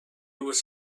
was